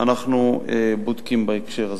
אנחנו בודקים בהקשר הזה.